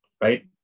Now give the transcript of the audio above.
right